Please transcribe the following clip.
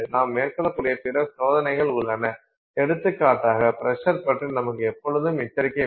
நாம் மேற்க்கொள்ளகூடிய பிற சோதனைகள் உள்ளன எடுத்துக்காட்டாக ப்ரசர் பற்றி நமக்கு எப்பொழுதும் எச்சரிக்கை வேண்டும்